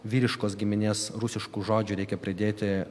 vyriškos giminės rusiškų žodžių reikia pridėti